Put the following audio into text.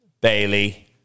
Bailey